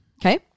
Okay